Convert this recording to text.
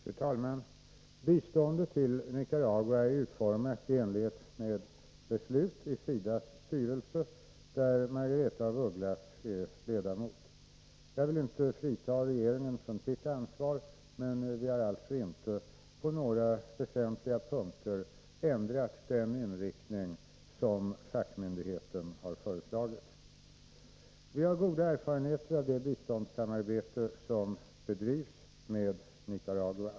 Fru talman! Biståndet till Nicaragua är utformat i enlighet med beslut i SIDA:s styrelse, där Margaretha af Ugglas är ledamot. Jag vill inte frita regeringen från dess ansvar, men vi har alltså inte på några väsentliga punkter ändrat den inriktning som fackmyndigheten har föreslagit. Vi har goda erfarenheter av det biståndssamarbete som bedrivs med Nicaragua.